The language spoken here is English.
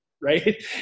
right